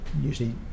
usually